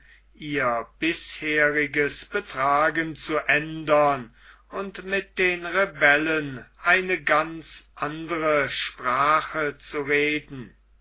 ihr bisheriges betragen zu ändern und mit den rebellen eine ganz andere sprache zu reden